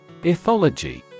Ethology